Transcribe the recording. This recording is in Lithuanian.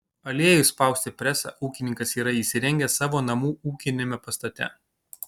aliejui spausti presą ūkininkas yra įsirengęs savo namų ūkiniame pastate